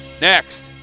Next